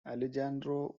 alejandro